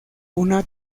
una